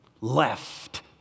left